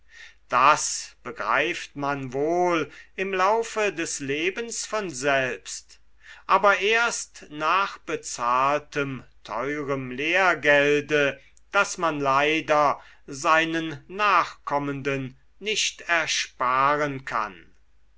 das begreift man wohl im laufe des lebens von selbst aber erst nach bezahltem teurem lehrgelde das man leider seinen nachkommenden nicht ersparen kann